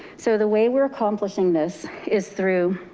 so the way we're accomplishing this is through